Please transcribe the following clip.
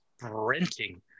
sprinting